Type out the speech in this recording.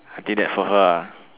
I did that for her ah